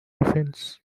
defense